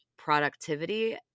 productivity